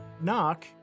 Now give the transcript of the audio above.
knock